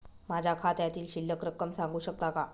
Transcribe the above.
माझ्या खात्यातील शिल्लक रक्कम सांगू शकता का?